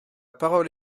parole